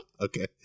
Okay